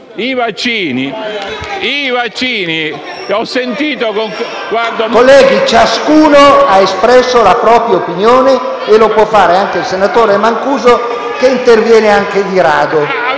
senatore Gaetti)*. PRESIDENTE. Colleghi, ciascuno ha espresso la propria opinione e lo può fare anche il senatore Mancuso, che interviene anche di rado.